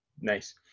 nice